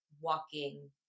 walking